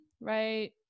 right